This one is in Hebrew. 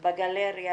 בגלריה,